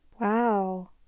Wow